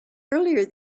earlier